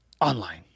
online